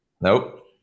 Nope